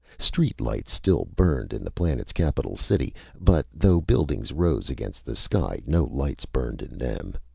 street lights still burned in the planet's capitol city, but though buildings rose against the sky no lights burned in them.